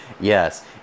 Yes